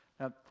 Now